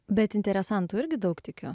bet interesantų irgi daug tikiu